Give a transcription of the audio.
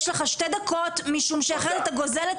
יש לך שתי דקות משום שאחרת אתה גוזל את